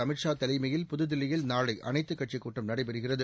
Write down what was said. அமித் ஷா தலைமையில் புதுதில்லியில் நாளை அனைத்து கட்சி கூட்டம் நடைபெறுகிறது